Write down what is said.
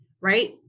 right